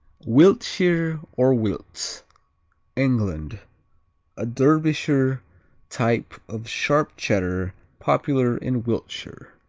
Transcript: wiltshire or wilts england a derbyshire type of sharp cheddar popular in wiltshire.